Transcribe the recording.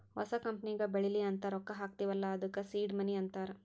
ಹೊಸ ಕಂಪನಿಗ ಬೆಳಿಲಿ ಅಂತ್ ರೊಕ್ಕಾ ಹಾಕ್ತೀವ್ ಅಲ್ಲಾ ಅದ್ದುಕ ಸೀಡ್ ಮನಿ ಅಂತಾರ